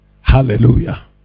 Hallelujah